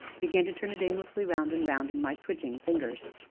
began to turn it aimlessly round and round in my twitching fingers.